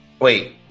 Wait